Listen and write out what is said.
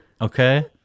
okay